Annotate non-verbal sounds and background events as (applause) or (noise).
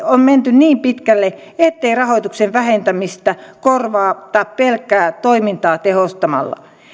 (unintelligible) on menty niin pitkälle ettei rahoituksen vähentämistä korvata pelkkää toimintaa tehostamalla